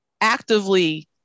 actively